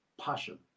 passion